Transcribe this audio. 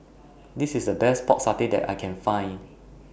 This IS The Best Pork Satay that I Can Find